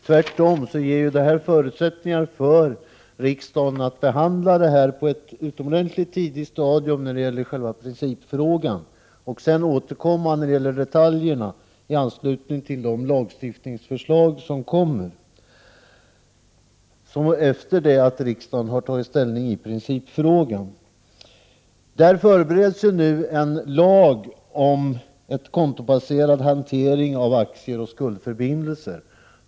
Tvärtom ger detta förutsättningar för riksdagen att behandla ärendet på ett utomordentligt tidigt stadium när det gäller själva principfrågan och därefter återkomma när det gäller detaljerna i anslutning till det lagstiftningsförslag som kommer att framläggas. Sedan man genomfört en sårbarhetsanalys förbereds nu en lag om en kontobaserad hantering av aktier och skuldförbindelser.